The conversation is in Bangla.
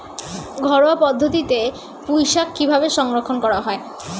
ঘরোয়া পদ্ধতিতে পুই শাক কিভাবে সংরক্ষণ করা হয়?